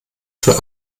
für